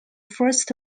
first